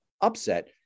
upset